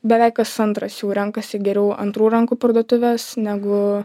beveik kas antras jau renkasi geriau antrų rankų parduotuves negu